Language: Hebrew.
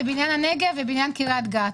ובעניין הנגב ובעניין קריית גת: